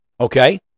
okay